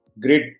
great